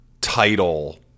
title